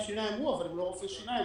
השיניים אמרו אבל הם לא רופאי שיניים,